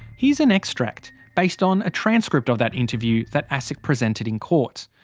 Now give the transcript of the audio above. here's an extract, based on a transcript of that interview that asic presented in court.